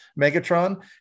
Megatron